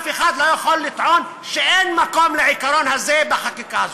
אף אחד לא יכול לטעון שאין מקום לעיקרון הזה בחקיקה הזאת.